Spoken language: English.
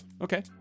Okay